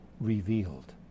revealed